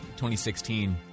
2016